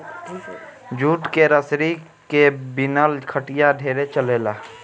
jute के रसरी के बिनल खटिया ढेरे चलेला